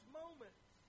moments